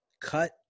cut